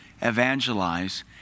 evangelize